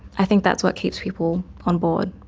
i think that's what keeps people on board.